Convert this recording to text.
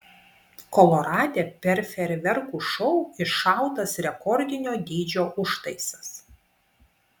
kolorade per fejerverkų šou iššautas rekordinio dydžio užtaisas